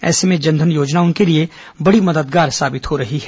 ऐसे में जन धन योजना उनके लिए बड़ी मददगार साबित हो रही है